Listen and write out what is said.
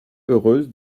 heureuse